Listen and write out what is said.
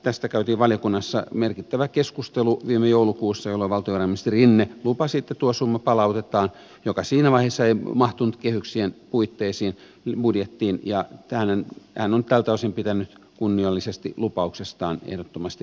tästä käytiin valiokunnassa merkittävä keskustelu viime joulukuussa jolloin valtiovarainministeri rinne lupasi että tuo summa joka siinä vaiheessa ei mahtunut kehyksien puitteisiin palautetaan budjettiin ja hän on tältä osin pitänyt kunniallisesti lupauksestaan ehdottomasti kiinni